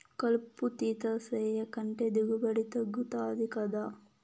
కలుపు తీత సేయకంటే దిగుబడి తగ్గుతది గదా